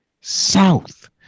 South